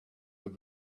have